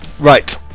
Right